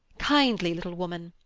kindly little woman,